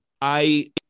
I-